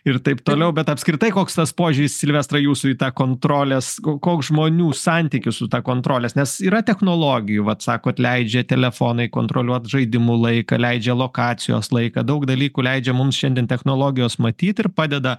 ir taip toliau bet apskritai koks tas požiūris silvestra į jūsų į tą kontrolės o koks žmonių santykis su ta kontrolės nes yra technologijų vat sakot leidžia telefonai kontroliuot žaidimų laiką leidžia lokacijos laiką daug dalykų leidžia mums šiandien technologijos matyt ir padeda